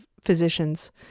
physicians